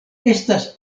estas